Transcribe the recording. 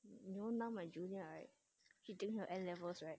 you know my junior right she doing her N level rights